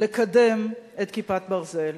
לקדם את "כיפת ברזל".